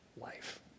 life